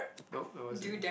nope no as in